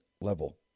level